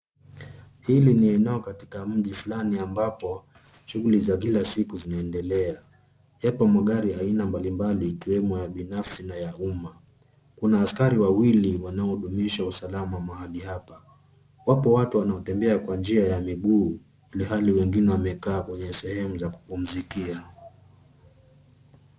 Hili ni eneo katika mji fulani ambapo shughuli za kila siku zinaendelea. Yapo magari ya aina mbali mbali, ikiwemo ya binafsi na ya umma. Kuna askari wawili wanaodumisha usalama mahali hapa. Wapo watu wanaotembea kwa njia ya miguu, ilhali wengine wamekaa kwenye sehemu za kupumzikia.